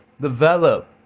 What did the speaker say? develop